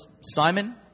Simon